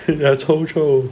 their 臭臭